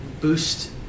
boost